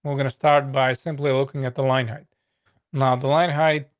um gonna start by simply looking at the line height now the line height.